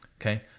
Okay